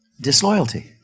Disloyalty